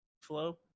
flow